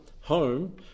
home